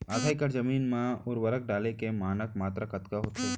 आधा एकड़ जमीन मा उर्वरक डाले के मानक मात्रा कतका होथे?